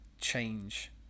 change